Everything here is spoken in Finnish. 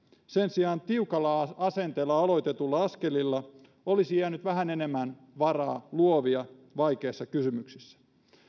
sen sijaan tiukalla asenteella aloitetuilla askelilla olisi jäänyt vähän enemmän varaa luovia vaikeissa kysymyksissä